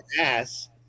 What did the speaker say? ass